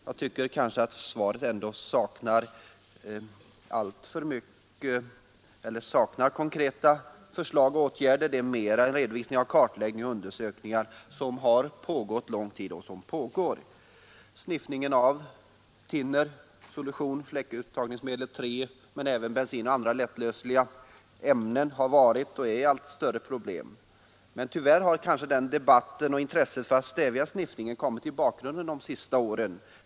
Jag tycker emellertid att svaret saknar förslag på konkreta åtgärder. Det är mera en redovisning av den kartläggning och de undersökningar som har pågått lång tid och som ännu pågår. Sniffning av thinner, solution och fläckurtagningsmedlet TRI — men även andra lättlösliga ämnen — har varit och är ett växande problem. Tyvärr har emellertid debatten och intresset för att stävja sniffningen kommit i bakgrunden de senaste åren.